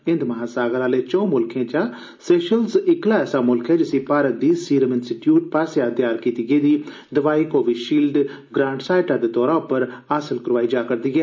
हिंद महासागर आहले चैं मुल्खें चा सेशेल्स इक्कला ऐसा मुल्ख ऐ जिसी भारत दे सीरम इंस्टीच्यूट पास्सेआ तैयार कीती गेदी दवाई कोवीशील्ड ग्रांट सहायता दे तौर उप्पर हासल करोआई जा'रदी ऐ